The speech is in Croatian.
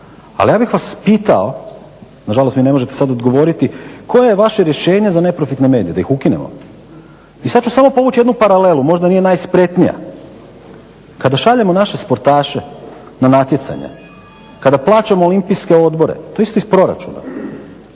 ali ja bih vas pitao, nažalost mi ne možete sada odgovoriti, koja je vaše rješenje za neprofitne medije? Da ih ukinemo? I sad ću samo povući jednu paralelu, možda nije najspretnija. Kada šaljemo naše sportaše na natjecanja, kada plaćamo Olimpijske odbore, to je isto iz proračuna,